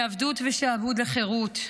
מעבדות ושעבוד לחירות,